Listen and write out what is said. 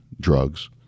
drugs